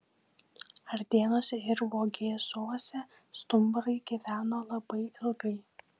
ardėnuose ir vogėzuose stumbrai gyveno labai ilgai